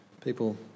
People